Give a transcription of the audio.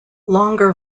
longer